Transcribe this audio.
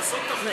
לעשות תפקיד.